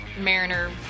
Mariner